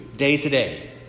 day-to-day